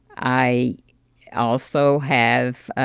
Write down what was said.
i also have